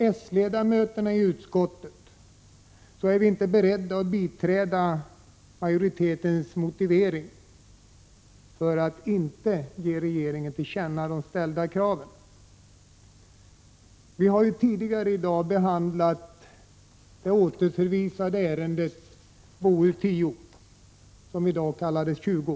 Utskottets socialdemokratiska ledamöter kan inte biträda majoritetens motivering för att inte ge regeringen till känna de ställda kraven. Vi har ju tidigare i dag behandlat det återförvisade ärendet, bostadsutskottets betänkande 10, som i dag kallades 20.